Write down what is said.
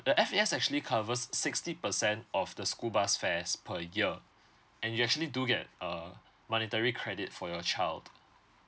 the F A S actually covers sixty percent of the school bus fares per year and you actually do get err monetary credit for your child